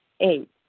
Eight